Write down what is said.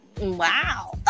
Wow